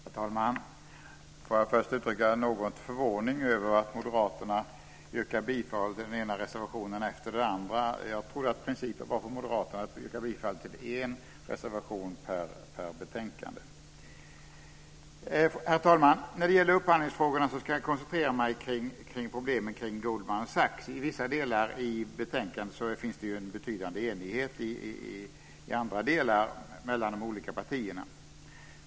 Herr talman! Får jag först uttala en viss förvåning över att moderaterna yrkar på godkännande av anmälan i den ena reservationen efter den andra. Jag trodde att principen för moderaterna var att yrka bifall till en reservation per betänkande. Herr talman! När det gäller upphandlingsfrågorna ska jag koncentrera mig på problemen kring Goldman I vissa andra delar av betänkandet finns en betydande enighet mellan de olika partierna.